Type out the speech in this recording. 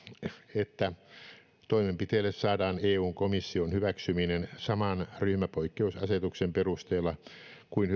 että toimenpiteille saadaan eun komission hyväksyminen saman ryhmäpoikkeusasetuksen perusteella kuin